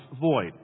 void